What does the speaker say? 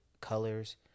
colors